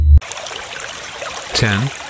Ten